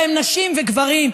והם נשים וגברים,